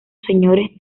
señores